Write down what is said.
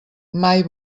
mai